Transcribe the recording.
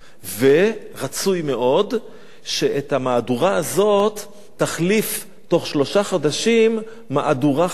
רצוי מאוד שאת המהדורה הזאת תחליף תוך שלושה חודשים מהדורה חדשה.